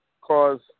cause